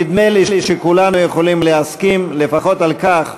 נדמה לי שכולנו יכולים להסכים לפחות על כך,